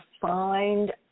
find